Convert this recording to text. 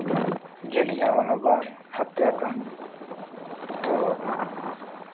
जलियाँवाला बाग हत्याकांड और